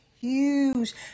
huge